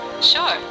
Sure